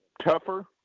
tougher